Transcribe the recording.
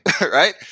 right